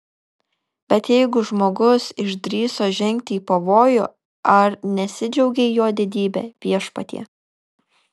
bet jeigu žmogus išdrįso žengti į pavojų ar nesidžiaugei jo didybe viešpatie